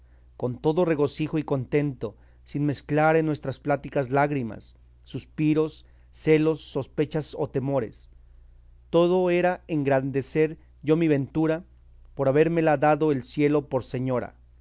con todo regocijo y contento sin mezclar en nuestras pláticas lágrimas suspiros celos sospechas o temores todo era engrandecer yo mi ventura por habérmela dado el cielo por señora